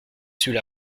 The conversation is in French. celui